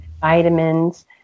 vitamins